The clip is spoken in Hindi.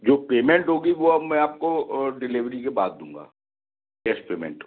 जो पेमेंट होगी वो अब मैं आपको डिलेभरी के बाद दूँगा कैश पेमेंट